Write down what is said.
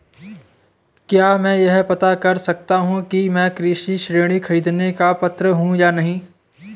क्या मैं यह पता कर सकता हूँ कि मैं कृषि ऋण ख़रीदने का पात्र हूँ या नहीं?